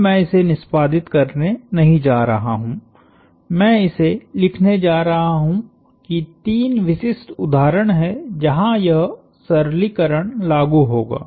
अब मैं इसे निष्पादित करने नहीं जा रहा हूं मैं इसे लिखने जा रहा हूं कि तीन विशिष्ट उदाहरण हैं जहां यह सरलीकरण लागू होगा